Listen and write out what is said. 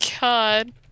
God